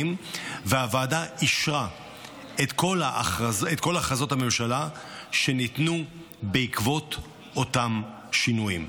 והוועדה אישרה את כל הכרזות הממשלה שניתנו בעקבות אותם שינויים.